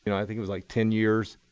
you know i think it was like ten years,